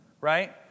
right